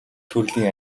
төрлийн